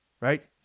right